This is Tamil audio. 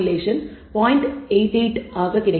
88 ஆக மாறும்